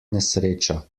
nesreča